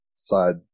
side